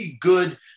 good